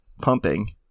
pumping –